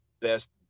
best